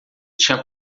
tinha